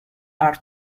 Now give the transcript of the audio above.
are